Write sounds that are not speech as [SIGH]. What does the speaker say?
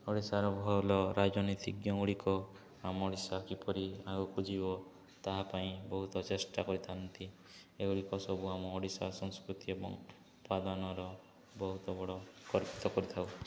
ଓଡ଼ିଶାର ଭଲ ରାଜନୈତିଜ୍ଞଗୁଡ଼ିକ ଆମ ଓଡ଼ିଶା କିପରି ଆଗକୁ ଯିବ ତାହା ପାଇଁ ବହୁତ ଚେଷ୍ଟା କରିଥାନ୍ତି ଏଗୁଡ଼ିକ ସବୁ ଆମ ଓଡ଼ିଶା ସଂସ୍କୃତି ଏବଂ ଉପାଦାନର ବହୁତ ବଡ଼ [UNINTELLIGIBLE] କରିଥାଉ